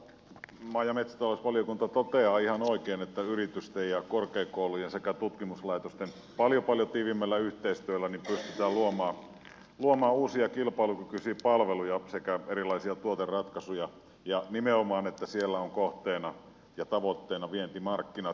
maa ja metsätalousvaliokunta toteaa ihan oikein että yritysten ja korkeakoulujen sekä tutkimuslaitosten paljon paljon tiiviimmällä yhteistyöllä pystytään luomaan uusia kilpailukykyisiä palveluja sekä erilaisia tuoteratkaisuja ja nimenomaan että siellä on kohteena ja tavoitteena vientimarkkinat